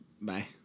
Bye